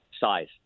size